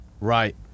Right